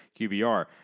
QBR